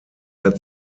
der